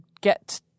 get